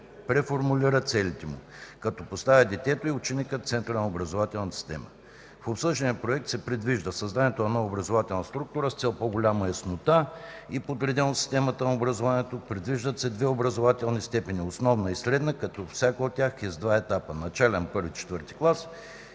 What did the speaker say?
преформулира целите му, като поставя детето и ученикът в центъра на образователната система. В обсъждания проект се предвижда: - създаването на нова образователна структура, с цел по-голяма яснота и подреденост в системата на образованието. Предвиждат се две образователни степени – основна и средна, като всяка от тях е с два етапа: начален (I – IV клас)